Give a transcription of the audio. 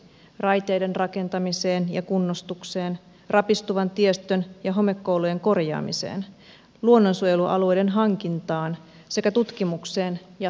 raiteiden rakentamiseen ja kunnostukseen rapistuvan tiestön ja homekoulujen korjaamiseen luonnonsuojelualueiden hankintaan sekä tutkimukseen ja tuotekehitykseen